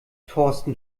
thorsten